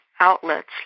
outlets